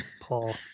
Paul